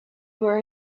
were